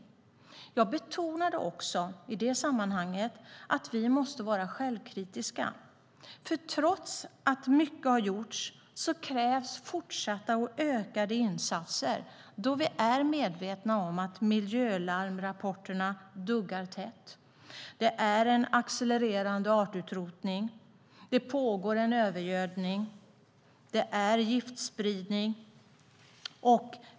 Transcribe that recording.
Jag betonade också i detta sammanhang att vi måste vara självkritiska. Trots att mycket har gjorts krävs fortsatta och ökade insatser då vi är medvetna om att miljölarmrapporterna duggar tätt. Det är en accelererande artutrotning, och det pågår en övergödning och giftspridning.